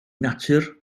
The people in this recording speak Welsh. natur